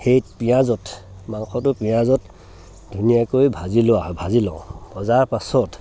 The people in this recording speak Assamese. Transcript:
সেই পিঁয়াজত মাংসটো পিঁয়াজত ধুনীয়াকৈ ভাজি লোৱা হয় ভাজি লওঁ ভজাৰ পাছত